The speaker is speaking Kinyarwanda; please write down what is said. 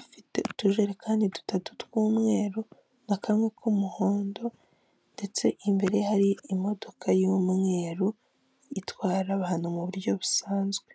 afite utujereksni dutatu tw'umweru n'akamwe k'umuhondo ndetse imbere hari imodoka y'umweru itwara abantu mu buryo busanzwe .